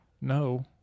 no